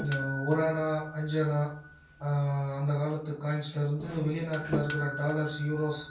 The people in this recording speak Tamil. இந்த ஒரணா அஞ்சணா அந்த காலத்து காயின்ஸ்லேருந்து வெளிநாட்டில் இருக்கிற டாலர்ஸ் யூரோஸ்